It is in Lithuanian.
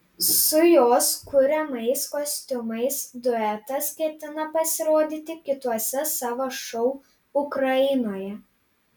su jos kuriamais kostiumais duetas ketina pasirodyti kituose savo šou ukrainoje